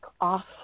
off